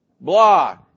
Blah